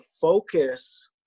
focus